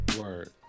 Word